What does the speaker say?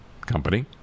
company